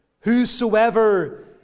Whosoever